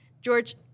George